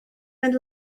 mynd